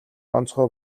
онцгой